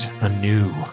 anew